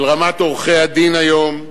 של רמת עורכי-הדין היום,